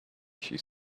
she